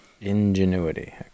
Ingenuity